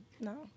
No